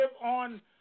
on